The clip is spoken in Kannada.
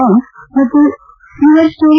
ಕಾಂ ಮತ್ತು ಯುವರ್ ಸ್ಟೋರಿ